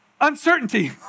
Uncertainty